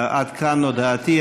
עד כאן הודעתי.